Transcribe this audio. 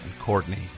Courtney